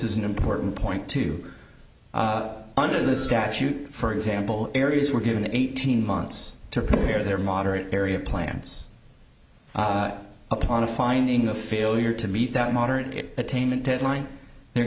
is an important point to under the statute for example areas were given eighteen months to prepare their moderate area plans upon a finding the failure to meet that modern attainment deadline they're